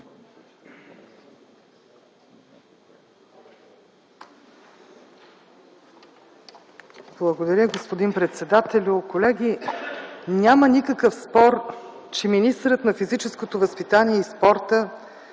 Благодаря, господин председателю. Колеги, няма никакъв спор, че министърът на физическото възпитание и спорта